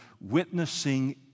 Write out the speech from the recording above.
witnessing